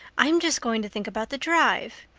i'm just going to think about the drive.